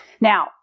Now